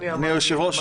אדוני היושב-ראש,